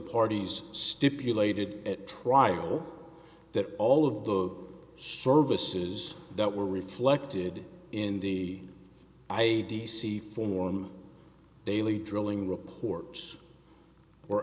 parties stipulated at trial that all of the services that were reflected in the i d c form daily drilling reports or